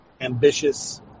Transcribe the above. ambitious